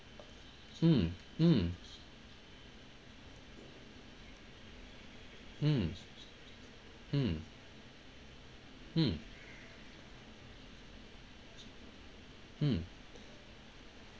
mm mm mm mm mm mm